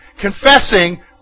Confessing